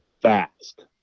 Fast